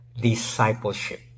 discipleship